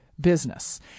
business